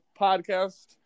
podcast